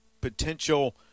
potential